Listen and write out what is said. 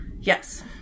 Yes